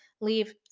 leave